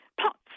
pots